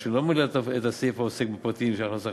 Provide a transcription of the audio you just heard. או שלא מילא את הסעיף העוסק בפרטים על הכנסות אחרות,